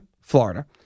Florida